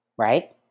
Right